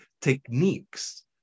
techniques